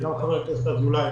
גם לחבר הכנסת אזולאי,